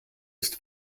ist